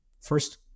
First